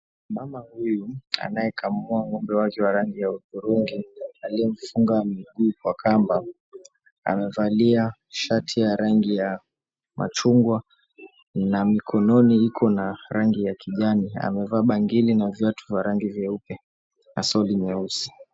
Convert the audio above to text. Mama huyu anayekamua ng'ombe wake wa rangi ya udhurungi aliye mfunga miguu kwa kamba amevalia shati ya rangi ya machungwa na mikononi iko na rangi ya kijani amevaa bangili na viatu vya rangi ya vyeupe na soli nyeusi.